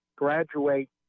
Graduate